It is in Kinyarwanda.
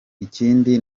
ikindi